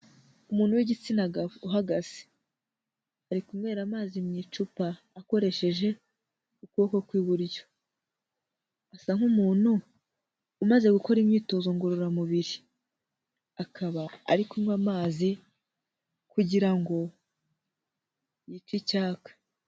Umuntu w'igitsina uhagaze ari kunywera amazi mu icupa akoresheje ukuboko kw'iburyo, asa nk'umuntu umaze gukora imyitozo ngororamubiri, akaba ari kunywa amazi kugira ngo yice icyaka.